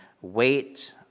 wait